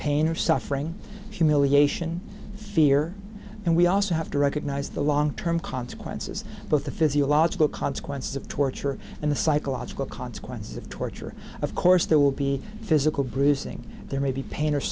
pain or suffering humiliation fear and we also have to recognize the long term consequences but the physiological consequences of torture and the psychological consequences of torture of course there will be physical bruising there may be pain